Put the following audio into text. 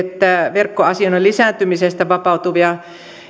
verkkoasioinnin lisääntymisestä vapautuvia